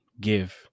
give